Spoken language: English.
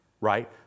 right